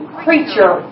creature